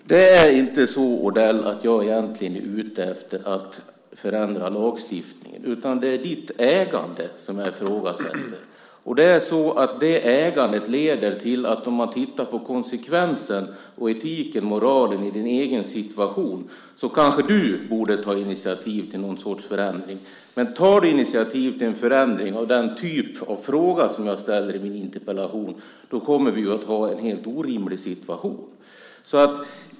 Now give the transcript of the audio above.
Fru talman! Det är inte så, Odell, att jag egentligen är ute efter att förändra lagstiftningen. Det är ditt ägande som jag ifrågasätter. Om man tittar på konsekvensen, etiken och moralen i din egen situation kanske du borde ta initiativ till någon sorts förändring. Om du tar initiativ till en förändring i den typ av fråga som jag ställer i min interpellation kommer vi att ha en helt orimlig situation.